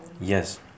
yes